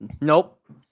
Nope